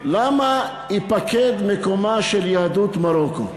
למה ייפקד מקומה של יהדות מרוקו?